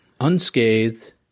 unscathed